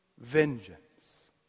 vengeance